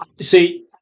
see